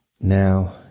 Now